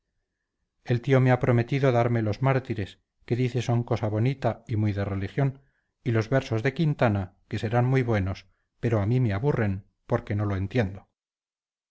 el tío me a prometido darme los mártires que dice son cosa bonita y muy de religión y los versos de quintana que serán muy buenos pero a mí me aburren porque no lo entiendo